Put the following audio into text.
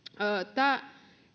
tämä